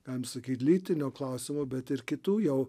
galima sakyt lytinio klausimo bet ir kitų jau